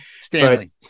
stanley